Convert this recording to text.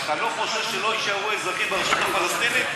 אתה לא חושש שלא יישארו אזרחים ברשות הפלסטינית?